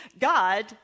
God